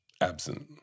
Absent